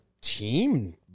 team